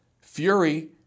Fury